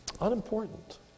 unimportant